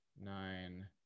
nine